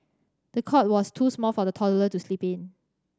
the cot was too small for the toddler to sleep in